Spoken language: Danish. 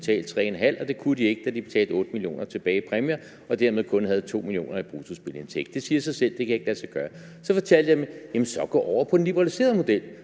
mio. kr., og det kunne de ikke, da de betalte 8 mio. kr. tilbage i præmier og dermed kun havde 2 mio. kr. i bruttospilleindtægt. Det siger sig selv, at det ikke kan lade sig gøre. Så sagde jeg til dem: Jamen så gå over på den liberaliserede model.